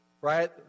right